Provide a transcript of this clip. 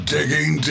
Digging